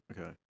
Okay